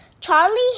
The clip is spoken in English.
Charlie